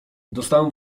dostałem